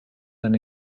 than